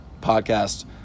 podcast